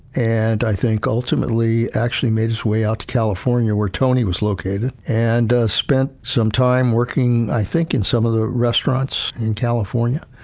and i think, ultimately, actually made his way out to california where tony was located and spent some time working, i think in some of the restaurants in california.